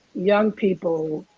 young people